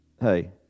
hey